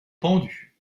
pendu